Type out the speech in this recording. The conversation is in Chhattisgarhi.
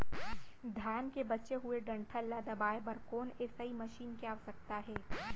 धान के बचे हुए डंठल ल दबाये बर कोन एसई मशीन के आवश्यकता हे?